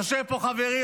יושב פה חברי,